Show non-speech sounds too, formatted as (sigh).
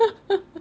(laughs)